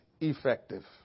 effective